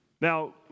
Now